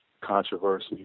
controversy